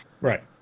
Right